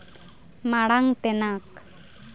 ᱢᱟᱲᱟᱝ ᱛᱮᱱᱟᱜ